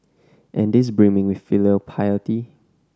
and is brimming with filial piety